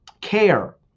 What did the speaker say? care